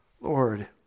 Lord